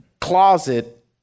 closet